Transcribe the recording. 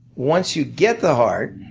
once you get the heart,